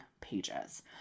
pages